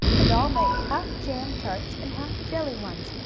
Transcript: and i'll make half jam tarts and half jelly ones,